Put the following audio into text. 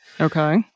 Okay